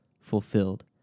fulfilled